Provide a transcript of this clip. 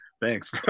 thanks